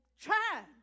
Try